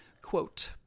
Quote